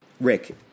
Rick